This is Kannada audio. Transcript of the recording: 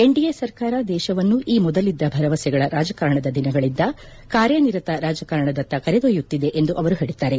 ಎನ್ಡಿಎ ಸರ್ಕಾರ ದೇಶವನ್ನು ಈ ಮೊದಲಿದ್ದ ಭರವಸೆಗಳ ರಾಜಕಾರಣದ ದಿನಗಳಿಂದ ಕಾರ್ಯನಿರತ ರಾಜಕಾರಣದತ್ತ ಕರೆದೊಯ್ಯುತ್ತಿದೆ ಎಂದು ಅವರು ಹೇಳಿದ್ದಾರೆ